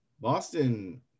Boston